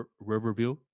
Riverview